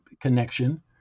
connection